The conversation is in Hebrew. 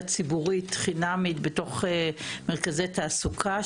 ציבורית חינמית בתוך מרכזי תעסוקה,